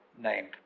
named